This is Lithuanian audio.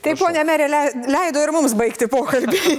taip pone mere leido ir mums baigti pokalbį